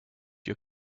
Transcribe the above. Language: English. your